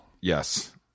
Yes